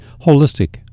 holistic